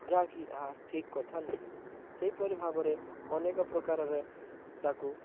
ଯାହାକି ଏହା ଠିକ୍ କଥା ନୁହେଁ ସେହିପରି ଭାବରେ ଅନେକ ପ୍ରକାରର ତାହାକୁ